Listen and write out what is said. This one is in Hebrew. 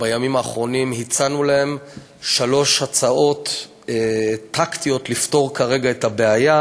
בימים האחרונים הצענו להם שלוש הצעות טקטיות לפתור כרגע את הבעיה,